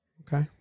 Okay